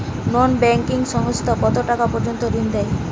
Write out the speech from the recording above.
নন banking সংস্থা কতটাকা পর্যন্ত ঋণ দেয়?